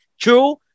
True